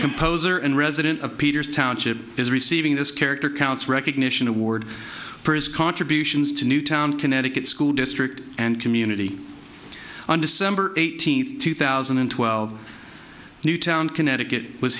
composer and resident of peter's township is receiving this character counts recognition award purse contributions to newtown connecticut school district and community on december eighteenth two thousand and twelve newtown connecticut was